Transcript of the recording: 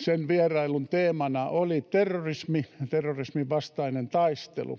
Sen vierailun teemana oli terrorismi ja terrorismin vastainen taistelu.